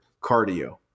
cardio